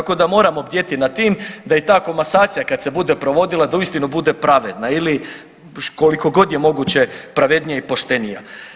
Tako da moramo bdjeti nad tim da i ta komasacija kad se bude provodila da uistinu bude pravedna ili koliko god je moguće pravednija i poštenija.